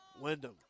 Wyndham